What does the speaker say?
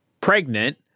pregnant